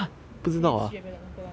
现在七月别不要乱讲